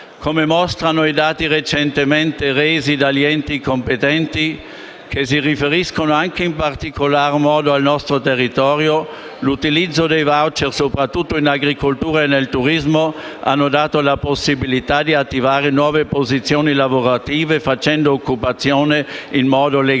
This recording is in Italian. Come mostrano i dati recentemente resi dagli enti competenti, che si riferiscono in particolar modo al nostro territorio, l'utilizzo dei *voucher,* soprattutto in agricoltura e nel turismo, ha dato la possibilità di attivare nuove posizioni lavorative facendo occupazione in modo legale.